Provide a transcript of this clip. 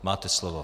Máte slovo.